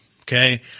Okay